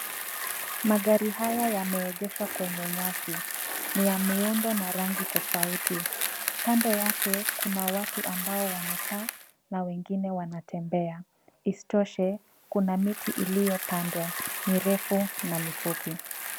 Magari haya yameegeshwa kwenye nyasi. Ni ya miundo na rangi tofauti. Kando yake kuna watu ambao wamekaa na wengine wanatembea. Isitoshe, kuna miti iliyopandwa mirefu na mifupi.